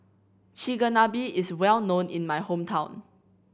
Chigenabe is well known in my hometown